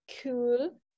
cool